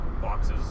boxes